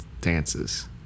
dances